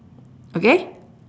okay